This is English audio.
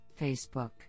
Facebook